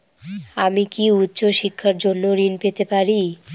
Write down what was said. আমি কি উচ্চ শিক্ষার জন্য ঋণ পেতে পারি?